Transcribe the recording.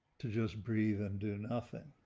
to just breathe and do nothing.